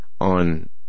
on